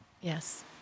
Yes